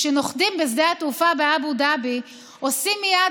כשנוחתים בשדה התעופה באבו דאבי עושים מייד